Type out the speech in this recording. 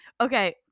okay